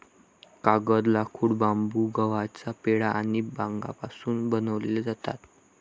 कागद, लाकूड, बांबू, गव्हाचा पेंढा आणि भांगापासून बनवले जातो